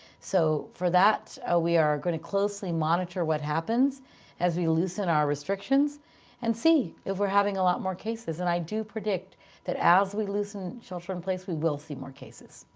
so for that ah we are going to closely monitor what happens as we loosen our restrictions and see if we're having a lot more cases. and i do predict that as we loosen shelter in place we will see more cases.